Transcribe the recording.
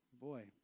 boy